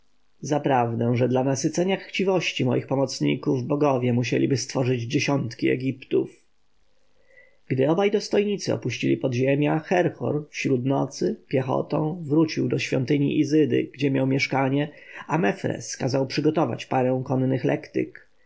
faraonem zaprawdę że dla nasycenia chciwości moich pomocników bogowie musieliby stworzyć dziesięć egiptów gdy obaj dostojnicy opuścili podziemia herhor wśród nocy piechotą wrócił do świątyni izydy gdzie miał mieszkanie a mefres kazał przygotować parę konnych lektyk